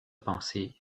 pensée